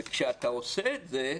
כשאתה עושה את זה,